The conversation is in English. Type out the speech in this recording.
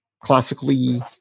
classically